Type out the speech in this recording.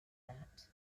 that